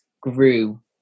grew